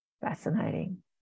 fascinating